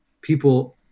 people